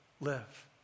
live